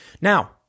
Now